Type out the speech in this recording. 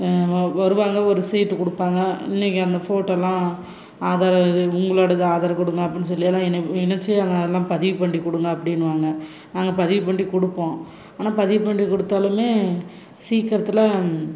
வருவாங்க ஒரு சீட்டு கொடுப்பாங்க இன்னைக்கி அந்த ஃபோட்டோலாம் ஆதார உங்களோடது ஆதாரு கொடுங்க அப்புடினு சொல்லியெல்லாம் இணை இணைச்சு அதை எல்லாம் பதிவு பண்ணி கொடுங்க அப்படின்னுவாங்க நாங்கள் பதிவு பண்ணி கொடுப்போம் ஆனால் பதிவு பண்ணி கொடுத்தாலுமே சீக்கிரத்தில்